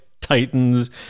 titans